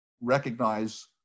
recognize